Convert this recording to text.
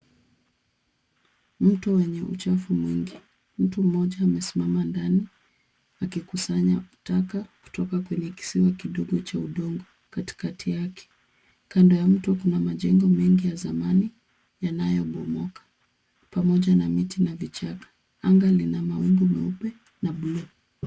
Mto wenye uchafu mwingi. Mtu mmoja amesimama ndani akikusanya taka kutoka kwenye kisima kidogo cha udongo katikati yake. Kando ya mto kuna majengo mengi ya zamani yanayobomoka pamoja na viti na vichaka. Anga lina mawingu meupe na bluu.